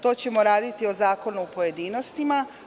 To ćemo raditi o zakonu u pojedinostima.